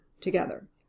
together